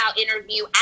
interview